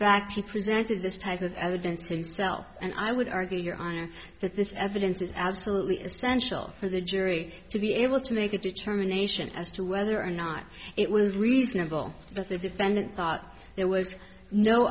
fact he presented this type of evidence himself and i would argue your honor that this evidence is absolutely essential for the jury to be able to make a determination as to whether or not it was reasonable that the defendant thought there was no